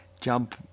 jump